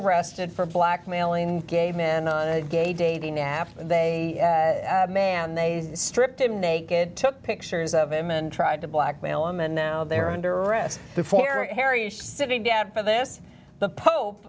arrested for blackmailing gay men gay dating after they man they stripped him naked took pictures of him and tried to blackmail him and now they're under arrest before harry is sitting down for this the pope